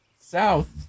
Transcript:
south